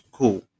Cool